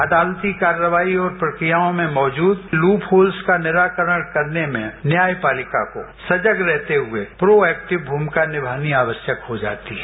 अदालती कार्यवाही और प्रक्रियाओं में मौजूद लूप होल्स का निराकरण करने में न्यायपालिका को सजग रहते हुए प्रोएक्टिव भूमिका निमानी आवश्यक हो जाती है